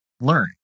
learn